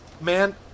man